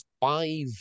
five